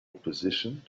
position